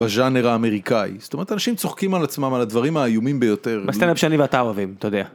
בז'אנר האמריקאי, זאת אומרת אנשים צוחקים על עצמם על הדברים האיומים ביותר -הסטראוטיפ שאני ואתה אוהבים, אתה יודע.